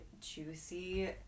juicy